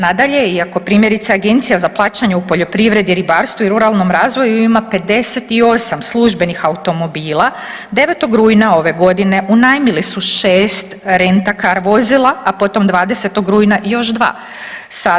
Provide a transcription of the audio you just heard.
Nadalje, i ako primjerice Agencija za plaćanje u poljoprivredi, ribarstvu i ruralnom razvoju ima 58 službenih automobila, 9. rujna ove godine unajmili su 6 rent a car vozila, a potom 20. rujna još dva.